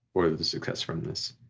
or the success from this.